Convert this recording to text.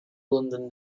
london